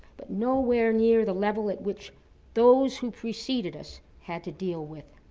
but nowhere near the level at which those who preceded us had to deal with.